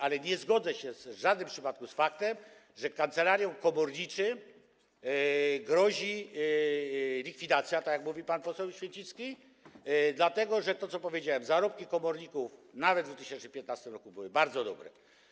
Ale nie zgodzę się w żadnym przypadku z tym, że kancelariom komorniczym grozi likwidacja, jak mówił pan poseł Święcicki, dlatego że, co powiedziałem, zarobki komorników nawet w 2015 r. były bardzo dobre.